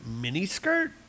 miniskirt